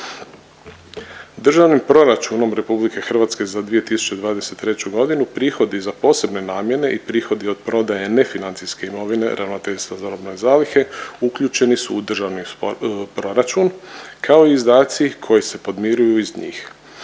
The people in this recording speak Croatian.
Državnim proračunom RH za 2023.g. prihodi za posebne namjene i prihodi od prodaje nefinancijske imovine Ravnateljstva za robne zalihe uključeni su u državni proračun kao i izdaci koji se podmiruju iz njih.